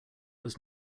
was